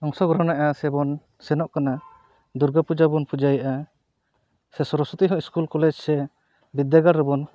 ᱚᱝᱥᱚᱜᱨᱚᱦᱚᱱᱮᱜᱼᱟ ᱥᱮᱵᱚᱱ ᱥᱮᱱᱚᱜ ᱠᱟᱱᱟ ᱫᱩᱨᱜᱟᱹ ᱯᱩᱡᱟᱹᱵᱚᱱ ᱯᱩᱡᱟᱹᱭᱮᱫᱼᱟ ᱥᱮ ᱥᱚᱨᱚᱥᱚᱛᱤ ᱦᱚᱸ ᱥᱠᱩᱞ ᱠᱚᱞᱮᱡᱽ ᱥᱮ ᱵᱤᱫᱽᱫᱟᱹᱜᱟᱲ ᱨᱮᱵᱚᱱ